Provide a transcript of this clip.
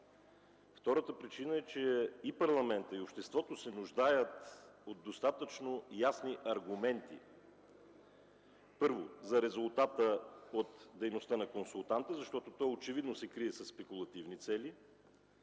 Втората причина е, че и парламентът, и обществото се нуждаят от достатъчно ясни аргументи, първо, за резултата от дейността на консултанта, защото той очевидно се крие със спекулативни цели;